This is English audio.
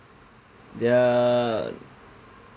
they're